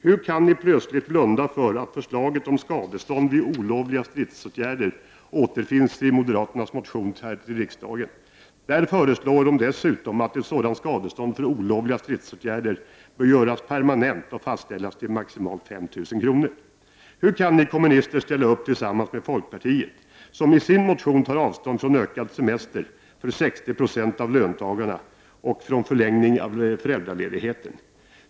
Hur kan ni plötsligt blunda för att förslaget om skadestånd vid olovliga stridsåtgärder återfinns i moderaternas motion till riksdagen? Där föreslår de dessutom att ett sådant skadestånd för olovliga stridsåtgärder bör göras permanent och fastställas till maximalt 5 000 kr. Hur kan ni kommunister ställa upp tillsammans med folkpartiet, som i sin motion tar avstånd från ökad semester för 60 90 av löntagarna och från förlängningen av föräldraledigheten?